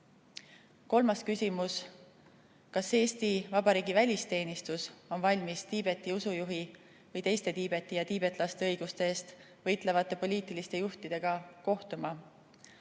küsimus: kas Eesti Vabariigi välisteenistus on valmis Tiibeti usujuhi või teiste Tiibeti ja tiibetlaste õiguste eest võitlevate poliitiliste juhtidega kohtuma?